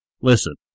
Listen